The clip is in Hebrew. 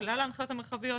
כלל ההנחיות המרחביות,